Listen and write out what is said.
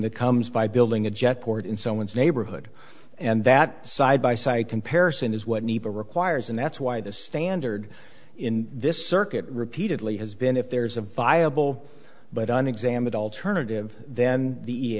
that comes by building a jet cord in someone's neighborhood and that side by side comparison is what neither requires and that's why the standard in this circuit repeatedly has been if there's a viable but on exam and alternative then the